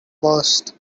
worst